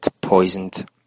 poisoned